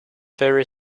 very